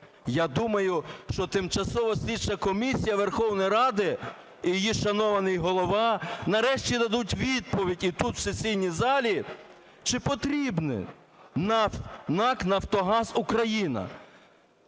Я думаю, що Тимчасова слідча комісія Верховної Ради і її шанований голова нарешті дадуть відповідь і тут, у сесійній залі, чи потрібна НАК "Нафтогаз України".